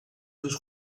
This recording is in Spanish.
sus